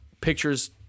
pictures